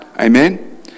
Amen